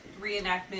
reenactment